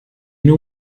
know